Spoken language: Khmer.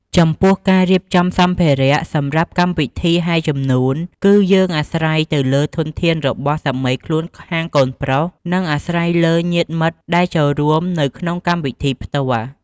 ចំពោះការរៀបចំសម្ភារៈសម្រាប់កម្មវិធីហែជំនូន គឺយើងអាស្រ័យទៅលើធនធានរបស់សាមីខ្លួនខាងកូនប្រុស និងអាស្រ័យលើញាតិមិត្តដែលចូលរួមនៅក្នុងកម្មវិធីផ្ទាល់។